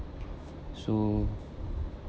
so